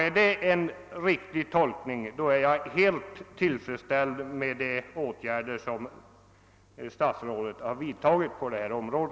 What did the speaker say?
Är det en riktig tolkning känner jag mig helt tillfredsställd med de åtgärder som statsrådet har vidtagit på detta område.